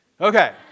Okay